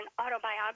autobiography